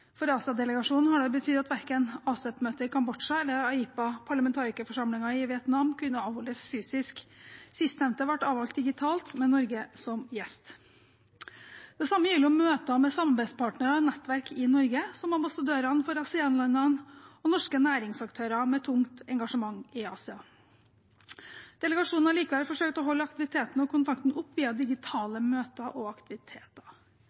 For Asia-delegasjonen har det betydd at verken ASEP-møtet i Kambodsja eller AIPA-parlamentarikerforsamlingen i Vietnam kunne avholdes fysisk. Sistnevnte ble avholdt digitalt med Norge som gjest. Det samme gjelder møter med samarbeidspartnere og nettverk i Norge, som ambassadørene for ASEAN-landene og norske næringsaktører med tungt engasjement i Asia. Delegasjonen har likevel forsøkt å holde aktiviteten og kontakten oppe via digitale møter og aktiviteter.